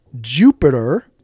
Jupiter